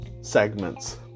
segments